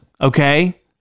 okay